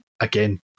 again